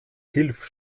hilf